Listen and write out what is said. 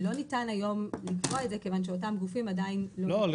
לא ניתן היום לקבוע את זה כיוון שאותם גופים עדיין לא --- לא,